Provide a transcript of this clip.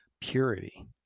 purity